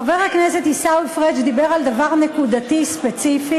חבר הכנסת עיסאווי פריג' דיבר על דבר נקודתי ספציפי.